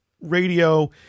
radio